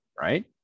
right